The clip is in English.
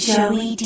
Joey